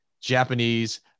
Japanese